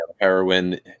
heroin